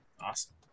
awesome